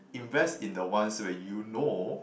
invest in the ones where you know